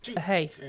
Hey